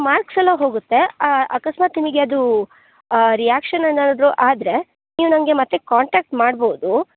ಮಾರ್ಕ್ಸೆಲ್ಲ ಹೋಗುತ್ತೆ ಅಕಸ್ಮಾತ್ ನಿಮಗೆ ಅದು ರಿಯಾಕ್ಷನ್ ಏನಾದರು ಆದರೆ ನೀವು ನನಗೆ ಮತ್ತೆ ಕಾಂಟ್ಯಾಕ್ಟ್ ಮಾಡ್ಬೌದು